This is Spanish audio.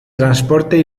transporte